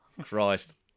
Christ